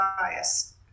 bias